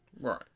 Right